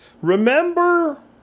Remember